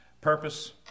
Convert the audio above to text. Purpose